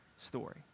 story